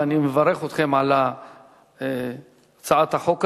ואני מברך אתכם על הצעת החוק הזאת.